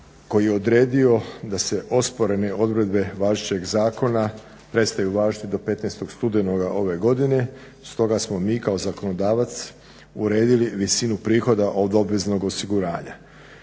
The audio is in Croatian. koji je odredio da se osporene odredbe važećeg zakona prestaju važiti do 15.studenoga ove godine, stoga smo mi kao zakonodavac uredili visinu prihoda od obveznog osiguranja.